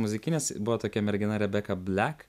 muzikinis buvo tokia mergina rebeka blek